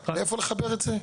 לאיפה לחבר את זה?